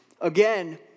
again